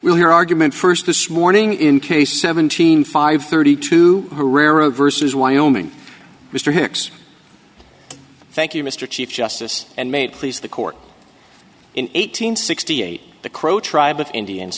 we'll hear argument first this morning in case seventeen five thirty two herrera versus wyoming mr hicks thank you mr chief justice and may please the court in eight hundred sixty eight the crow tribe of indians